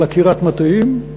על עקירת מטעים,